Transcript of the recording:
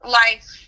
life